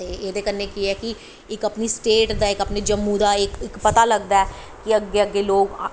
ते एह्दे कन्नैं केह् ऐ कि इक अपनी स्टेट दा अपनें जम्मू दा इक पता लगदा ऐ कि अग्गैं ्ग्गै